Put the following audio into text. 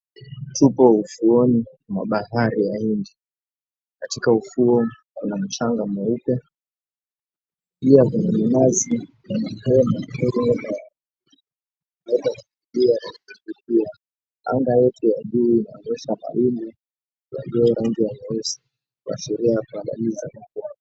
Tupo ufuoni mwa bahari ya inje. Katika ufuo kuna mchanga mweupe, pia kuna minazi.... Anga yote ya juu inaonyesha mawingu yaliyo ya rangi ya nyeusi kuashiria mvua inaweza nyesha.